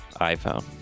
iPhone